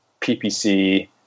PPC